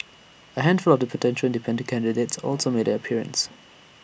A handful of potential independent candidates also made an appearance